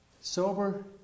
Sober